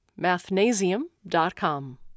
mathnasium.com